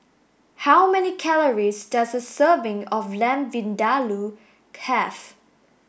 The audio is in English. how many calories does a serving of Lamb Vindaloo have